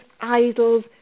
idols